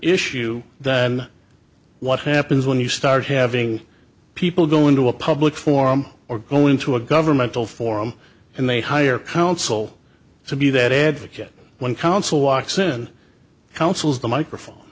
issue than what happens when you start having people go into a public forum or go into a governmental forum and they hire counsel to be that advocate when counsel walks in councils the microphone